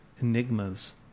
enigmas